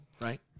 right